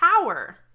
power